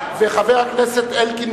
וחבר הכנסת אלקין,